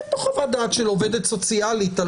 --- חוות דעת של עובדת סוציאלית של